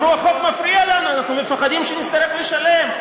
אמרו: החוק מפריע לנו, אנחנו מפחדים שנצטרך לשלם.